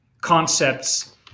concepts